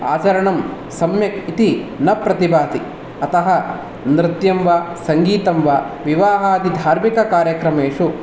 आचरणं सम्यक् इति न प्रतिभाति अतः नृत्यं वा सङ्गीतं वा विवाहादिधार्मिककार्यक्रमेषु